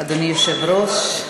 אדוני היושב-ראש,